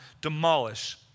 demolish